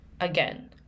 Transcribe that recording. Again